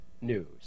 news